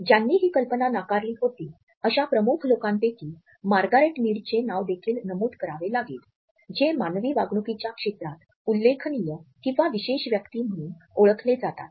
ज्यांनी ही कल्पना नाकारली होती अशा प्रमुख लोकांपैकी मार्गारेट मीडचे नावदेखील नमूद करावे लागेल जे मानवी वागणुकीच्या क्षेत्रात उल्लेखनीय किंवा विशेष व्यक्ती म्हणून ओळखले जातात